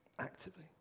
actively